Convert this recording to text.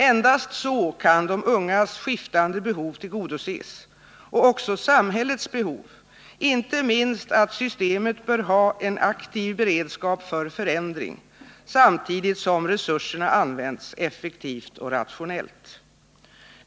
Endast så kan de ungas skiftande behov tillgodoses, och också samhällets behov, inte minst därför att systemet bör ha en aktiv beredskap för förändring samtidigt som resurserna används effektivt och rationellt.